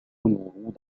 الورود